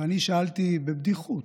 ואני שאלתי בבדיחות,